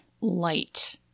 light